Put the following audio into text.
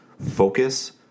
Focus